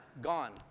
gone